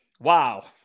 Wow